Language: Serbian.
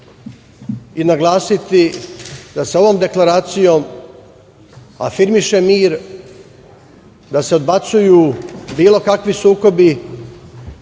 i naglasiti da se ovom Deklaracijom afirmiše mir, da se odbacuju bilo kakvi sukobi,